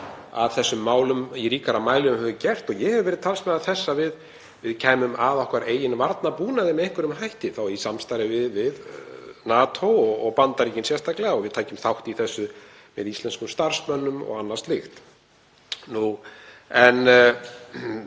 að þessum málum í ríkara mæli en við höfum gert. Ég hef verið talsmaður þess að við kæmum að okkar eigin varnarbúnaði með einhverjum hætti, þá í samstarfi við NATO og Bandaríkin sérstaklega, og við tækjum þátt í þessu með íslenskum starfsmönnunum og öðru slíku. En